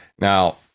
Now